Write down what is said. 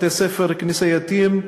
בתי-ספר כנסייתיים.